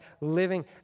living